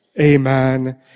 Amen